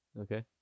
Okay